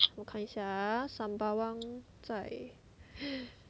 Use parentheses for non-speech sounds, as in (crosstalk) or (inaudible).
我看一下 ah sembawang 在 (noise)